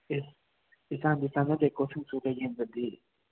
ꯏꯁ ꯏꯆꯥꯟꯗꯤ ꯆꯥꯅꯗꯦꯀꯣ ꯁꯤꯡꯖꯨꯒ ꯌꯦꯟꯒꯗꯤ